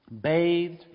bathed